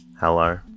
Hello